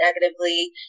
negatively